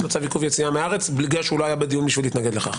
לו צו עיכוב יציאה מהארץ בגלל שהוא לא היה בדיון בשביל להתנגד לכך.